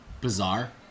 bizarre